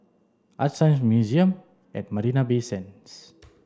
ArtScience Museum at Marina Bay Sands